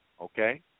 okay